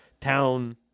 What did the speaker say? town